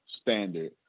standard